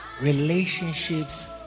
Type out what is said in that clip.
relationships